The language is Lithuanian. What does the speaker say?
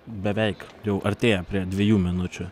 beveik jau artėja prie dviejų minučių